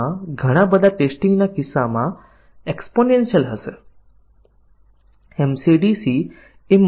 અને જો આપણે આને શાખા પરીક્ષણ સાથે સરખાવીએ તો શાખા પરીક્ષણ એ ખરેખર શરત પરીક્ષણની સૌથી સરળ વ્યૂહરચના છે જ્યાં આપણે માની લઈશું કે શરતનું સંપૂર્ણ પરિણામ સાચું અને ખોટું છે